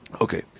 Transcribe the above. Okay